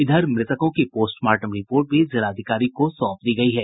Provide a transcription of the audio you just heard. इधर मृतकों की पोस्टमार्टम रिपोर्ट भी जिलाधिकारी को सौंप दी गयी है